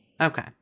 Okay